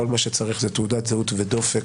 כל מה שצריך זה תעודת זהות ודופק,